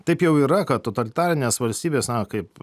taip jau yra kad totalitarinės valstybės kaip